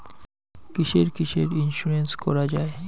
কিসের কিসের ইন্সুরেন্স করা যায়?